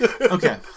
Okay